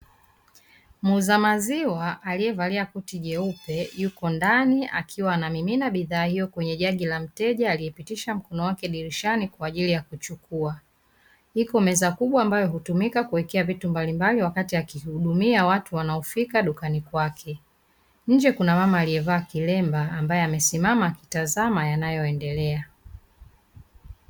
Muuza maziwa alievalia koti jeupe yuko ndani akiwa anamimina bidhaa hiyo kwenye jagi la mteja aliepitisha mkono wake dirishani kwa ajili ya kuchukua. Ipo meza kubwa ambayo hutumika kuwekea vitu mbalimbali wakati akihudumia watu wanaofika dukani kwake. Nje kuna mama aliyevaa kilemba ambaye amesimama akitazama yanayoendelea.